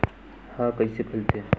ह कइसे फैलथे?